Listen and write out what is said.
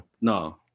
No